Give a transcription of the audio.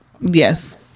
yes